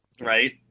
Right